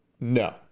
No